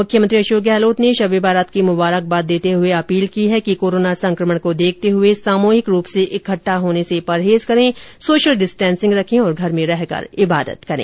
मुख्यमंत्री अशोक गहलोत ने शब ए बारात की मुबारकबाद देते हुए अपील की है कि कोरोना संक्रमण को देखते हुए सामूहिक रूप से इकट्ठा होने से परहेज करें सोशल डिस्टेंसिंग रखें और घर में रहकर इबादत करें